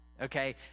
Okay